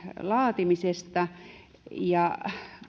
laatimisesta